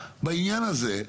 בעניין הזה,